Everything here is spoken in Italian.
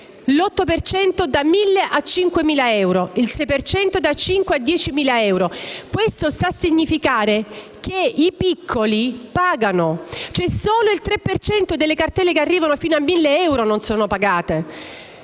cento da 1.000 a 5.000 euro, il 6 per cento da 5.000 a 10.000 euro. Questo sta a significare che i piccoli pagano, perché solo il 3 per cento delle cartelle che arrivano fino a 1.000 euro non sono pagate.